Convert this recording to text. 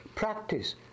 practice